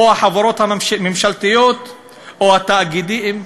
החברות הממשלתיות או התאגידים,